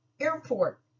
airport